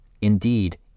Indeed